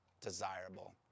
desirable